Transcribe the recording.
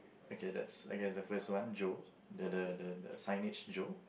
okay that's okay it's the first one Joe the the the the signage Joe